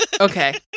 Okay